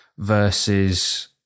Versus